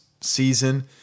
season